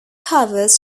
covers